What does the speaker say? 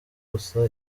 gusa